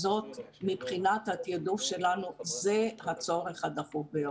מבחינת התעדוף שלנו, זה הצורך הדחוף ביותר.